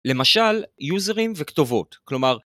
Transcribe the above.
למשל, יוזרים וכתובות, כלומר...